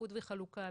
באיחוד וחלוקה,